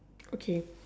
okay